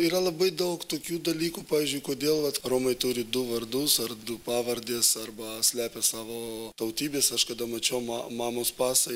yra labai daug tokių dalykų pavyzdžiui kodėl vat romai turi du vardus ar du pavardes arba slepia savo tautybes aš kada mačiau mamos pasą